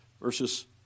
versus